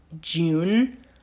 June